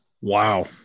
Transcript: Wow